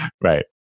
Right